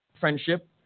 friendship